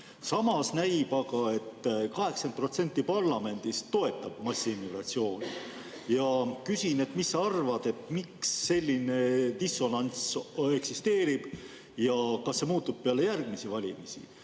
Samas näib aga, et 80% parlamendist toetab massiimmigratsiooni. Ma küsin, mis sa arvad, miks selline dissonants eksisteerib ja kas see muutub peale järgmisi valimisi.